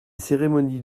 cérémonies